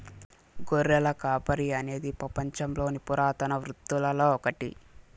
గొర్రెల కాపరి అనేది పపంచంలోని పురాతన వృత్తులలో ఒకటి